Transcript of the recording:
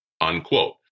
Unquote